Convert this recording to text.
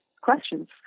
questions